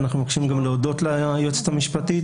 אנחנו מבקשים גם להודות ליועצת המשפטית,